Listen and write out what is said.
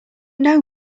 know